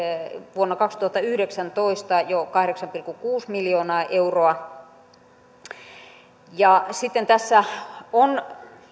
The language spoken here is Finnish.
vuonna kaksituhattayhdeksäntoista jo kahdeksan pilkku kuusi miljoonaa euroa sitten tässä on